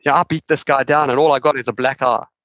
yeah i beat this guy down and all i got is a black eye.